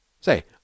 say